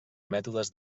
mètodes